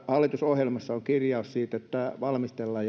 hallitusohjelmassa on kirjaus siitä että tämä valmistellaan